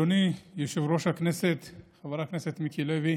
אדוני יושב-ראש הכנסת חבר הכנסת מיקי לוי,